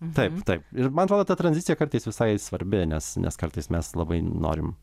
taip taip ir man atrodo ta tranzicija kartais visai svarbi nes nes kartais mes labai norim